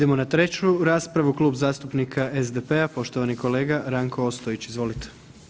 Idemo na treću raspravu, Klub zastupnika SDP-a, poštovani kolega Ranko Ostojić, izvolite.